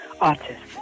artist